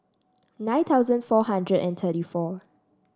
nine thousand four hundred and thirty four